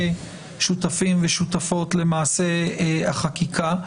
ושותפים ושותפות למעשה החקיקה.